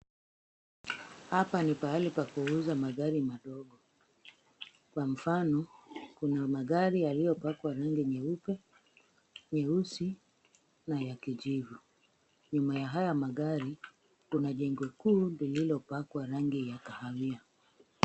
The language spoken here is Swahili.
Hapa ni pahali pa kuuza magari madogo. Kwa mfano, kuna magari yaliyopakwa rangi nyeupe, nyeusi na ya kijivu. Nyuma ya haya magari, kuna jengo kuu lililopakwa rangi ya kahawia.